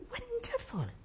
wonderful